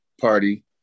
party